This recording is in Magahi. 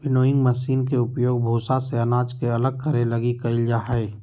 विनोइंग मशीन के उपयोग भूसा से अनाज के अलग करे लगी कईल जा हइ